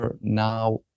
now